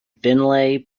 finlay